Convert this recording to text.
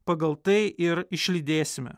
pagal tai ir išlydėsime